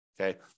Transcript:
Okay